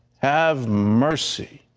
have mercy!